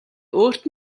өөрт